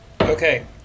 Okay